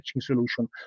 solution